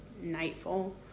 nightfall